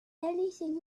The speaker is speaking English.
anything